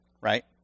right